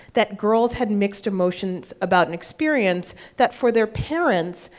that girls had and mixed emotions about an experience that, for their parents,